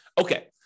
Okay